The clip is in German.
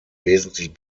wesentlich